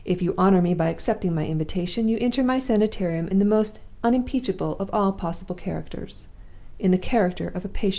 if you honor me by accepting my invitation, you enter my sanitarium in the most unimpeachable of all possible characters in the character of a patient.